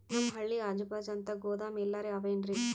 ನಮ್ ಹಳ್ಳಿ ಅಜುಬಾಜು ಅಂತ ಗೋದಾಮ ಎಲ್ಲರೆ ಅವೇನ್ರಿ?